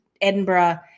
Edinburgh